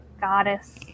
Goddess